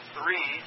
Three